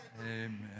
Amen